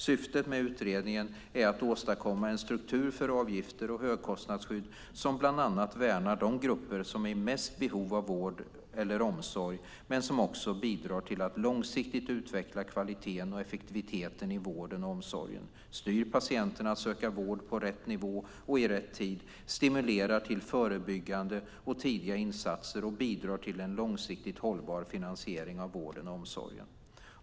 Syftet med utredningen är att åstadkomma en struktur för avgifter och högkostnadsskydd som bland annat värnar de grupper som är mest i behov av vård eller omsorg men som också bidrar till att långsiktigt utveckla kvaliteten och effektiviteten i vården och omsorgen, styr patienten att söka vård på rätt nivå och i rätt tid, stimulerar till förebyggande och tidiga insatser och bidrar till en långsiktigt hållbar finansiering av vården och omsorgen.